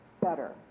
better